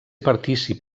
partícip